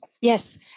Yes